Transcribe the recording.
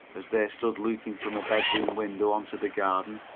as they stood looking from a bedroom window on to the garden,